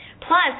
Plus